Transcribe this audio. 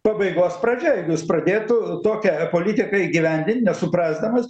pabaigos pradžia jeigu jis pradėtų tokią politiką įgyvendint nesuprasdamas